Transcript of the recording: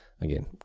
again